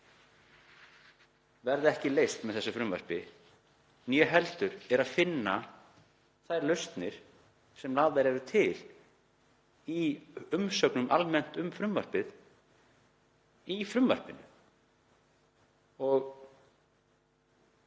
verða ekki leyst með þessu frumvarpi né heldur er þar að finna þær lausnir sem lagðar eru til í umsögnum almennt um frumvarpið. Ég